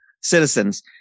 citizens